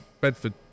Bedford